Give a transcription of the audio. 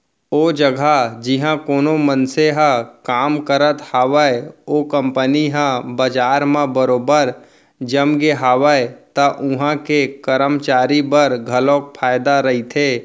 ओ जघा जिहाँ कोनो मनसे ह काम करत हावय ओ कंपनी ह बजार म बरोबर जमगे हावय त उहां के करमचारी बर घलोक फायदा रहिथे